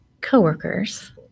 coworkers